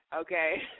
Okay